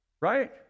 right